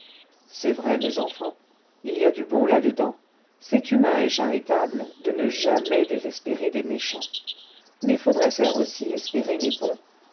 c'est vrai mes enfants il y a du bon là-dedans c'est humain et charitable de ne jamais désespérer des méchants mais faudrait faire aussi espérer les bons